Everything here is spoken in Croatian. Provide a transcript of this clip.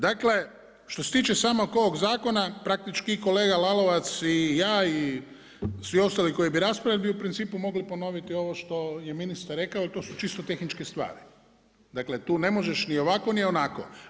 Dakle što se tiče samo oko ovog zakona, praktički kolega Lalovac i ja i svi ostali koji bi raspravljali bi u principu mogli ponoviti ovo što je ministar rekao, to su čisto tehničke stvari, dakle tu ne možeš ni ovako ni onako.